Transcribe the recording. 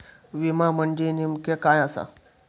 विमा म्हणजे नेमक्या काय आसा?